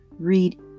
read